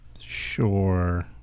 Sure